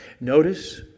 Notice